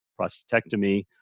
prostatectomy